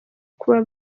kuba